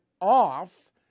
off